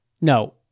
No